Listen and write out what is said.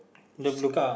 the blue